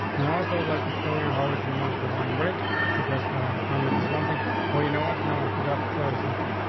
and i also would like to show you how we can use the line break because having a comment is one thing or you know what? no, i forgot to tell you something.